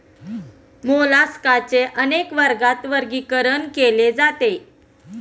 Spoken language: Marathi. मोलास्काचे अनेक वर्गात वर्गीकरण केले जाते